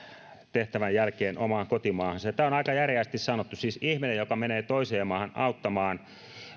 tehtävän jälkeen omaan kotimaahansa tämä on aika järeästi sanottu siis ihminen joka menee toiseen maahan auttamaan